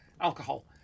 alcohol